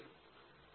P